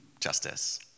justice